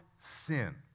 sin